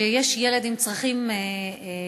שיש ילד עם צרכים מיוחדים,